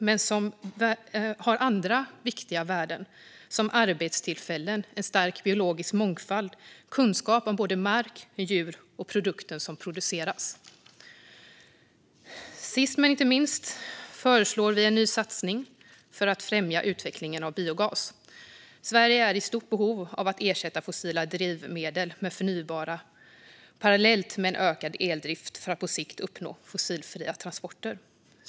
Men de har andra viktiga värden, som arbetstillfällen, en stark biologisk mångfald och kunskap om mark, djur och produkten som produceras. Sist men inte minst föreslår vi en ny satsning för att främja utvecklingen av biogas. Sverige är i stort behov av att ersätta fossila drivmedel med förnybara parallellt med en ökad eldrift för att på sikt uppnå fossilfria transporter.